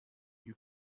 you